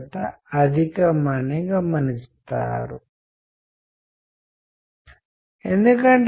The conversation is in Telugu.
జ్ఞానం స్థితి సంస్కృతి భావోద్వేగాలు సందర్భం లింగం వయస్సు ఇవన్నీ ఫిల్టర్లుగా పనిచేస్తాయి